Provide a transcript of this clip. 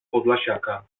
podlasiaka